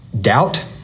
doubt